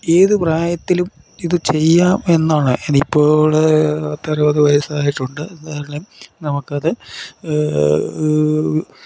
ഏത് പ്രായത്തിലും ഇത് ചെയ്യാം എന്നാണ് എനിക്ക് ഇപ്പോൾ പത്ത് അറുപത്ത് വയസ്സായിട്ടുണ്ട് എന്നാലും നമുക്ക് അത്